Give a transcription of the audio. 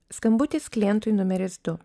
skambutis klientui numeris du